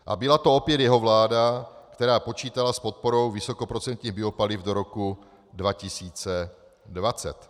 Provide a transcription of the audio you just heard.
A byla to opět jeho vláda, která počítala s podporou vysokoprocentních biopaliv do roku 2020.